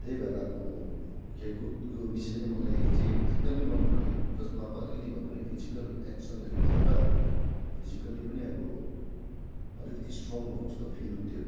त्यही भएर अब खेलकुदको विषय नै मलाई चाहिँ एकदम मन पर्थ्यो जसमा अब अलिकिति भए पनि फिजिकल एक्सनहरू भएर फिजिकल्ली पनि अब अलिकति स्ट्रङ भएको जस्तो फिल हुन्थ्यो